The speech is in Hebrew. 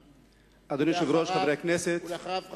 ואחריו,